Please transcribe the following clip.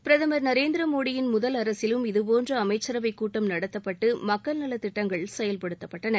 பிரதமர் நரேந்திர மோடியின் முதல் அரசிலும் இதுபோன்ற அமைச்சரவைக் கூட்டம் நடத்தப்பட்டு மக்கள் நலத் திட்டங்கள் செயல்படுத்தப்பட்டன